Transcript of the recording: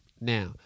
Now